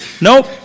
nope